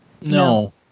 No